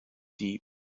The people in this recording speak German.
die